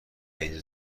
اینجا